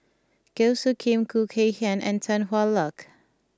Goh Soo Khim Khoo Kay Hian and Tan Hwa Luck